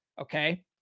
okay